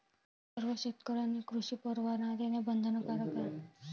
सर्व शेतकऱ्यांनी कृषी परवाना घेणे बंधनकारक आहे